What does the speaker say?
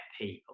people